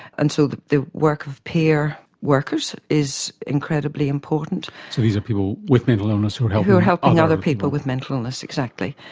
and so the the work of peer workers is incredibly important. so these are people with mental illness who are helping other people with mental illness. exactly,